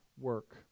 work